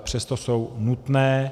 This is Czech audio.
Přesto jsou nutné.